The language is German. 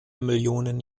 millionen